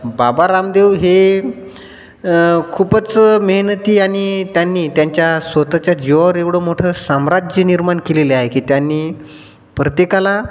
बाबा रामदेव हे खूपच मेहनती आणि त्यांनी त्यांच्या स्वतःच्या जीवावर एवढं मोठं साम्राज्य निर्माण केलेले आहे की त्यांनी प्रत्येकाला